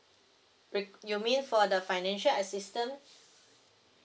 re~ you mean for the financial assistance